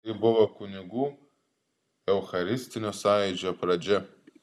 tai buvo kunigų eucharistinio sąjūdžio pradžia